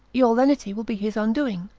your lenity will be his undoing,